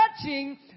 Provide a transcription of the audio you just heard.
touching